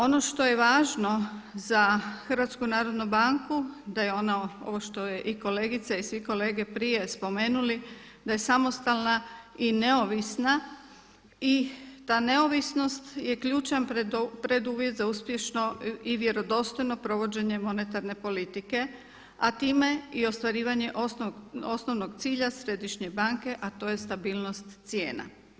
Ono što je važno za HNB da je ona ovo što je i kolegica i svi kolege prije spomenuli, da je samostalna i neovisna i ta neovisnost je ključan preduvjet za uspješno i vjerodostojno provođenje monetarne politike, a time i ostvarivanje osnovnog cilja Središnje banke a to je stabilnost cijena.